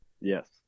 Yes